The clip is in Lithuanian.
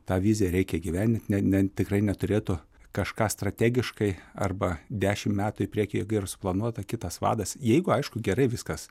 tą viziją reikia įgyvendint ne ne tikrai neturėtų kažką strategiškai arba dešimt metų į priekį ir suplanuota kitas vadas jeigu aišku gerai viskas